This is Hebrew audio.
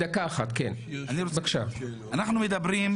אנחנו מדברים,